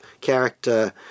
character